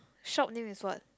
shop name is what